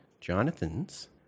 Jonathan's